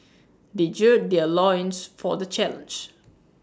they gird their loins for the challenge